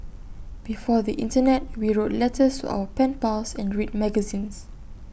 before the Internet we wrote letters to our pen pals and read magazines